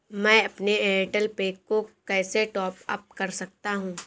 मैं अपने Airtel pack को कैसे टॉप अप कर सकता हूँ?